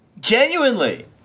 Genuinely